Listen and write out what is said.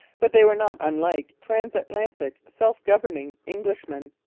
but they were not unlike transatlantic, self-governing englishmen.